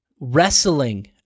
wrestling